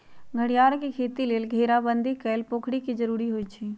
घरियार के खेती लेल घेराबंदी कएल पोखरि के जरूरी होइ छै